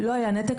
לא היה נתק.